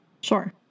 Sure